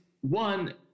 One